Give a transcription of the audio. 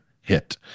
hit